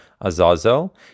Azazel